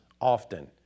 often